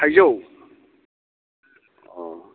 थाइजौ अ